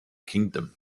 kingdom